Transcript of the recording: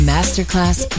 Masterclass